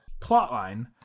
plotline